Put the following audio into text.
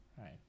Right